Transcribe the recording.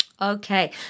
Okay